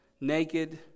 Naked